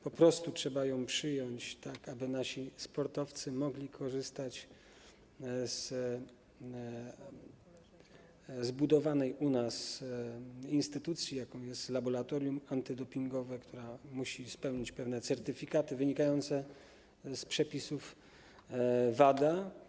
Po prostu trzeba ją przyjąć, tak aby nasi sportowcy mogli korzystać ze zbudowanej u nas instytucji, jaką jest Polskie Laboratorium Antydopingowe, która musi spełnić pewne certyfikaty wynikające z przepisów WADA.